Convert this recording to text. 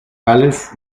gales